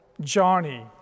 Johnny